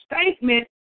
statement